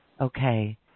Okay